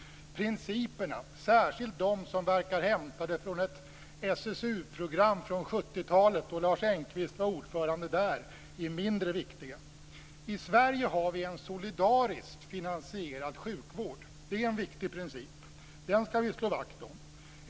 Principerna, särskilt de som verkar hämtade från ett SSU-program från 70 talet, då Lars Engqvist var ordförande där, är mindre viktiga. I Sverige har vi en solidariskt finansierad sjukvård. Det är en viktig princip. Den ska vi slå vakt om.